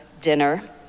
dinner